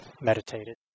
meditated